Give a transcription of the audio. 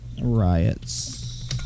riots